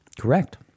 Correct